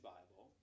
Bible